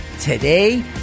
Today